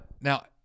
Now